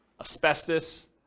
asbestos